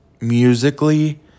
musically